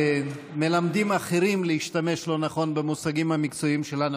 מלמדים אחרים להשתמש לא נכון במושגים המקצועיים שלנו,